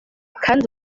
kandi